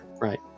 right